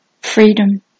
freedom